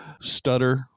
Stutter